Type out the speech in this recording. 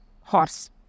Horse